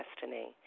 destiny